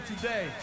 today